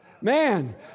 Man